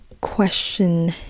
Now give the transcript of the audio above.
question